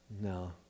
No